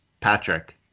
Patrick